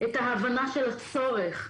את ההבנה של הצורך,